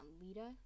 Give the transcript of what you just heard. Lita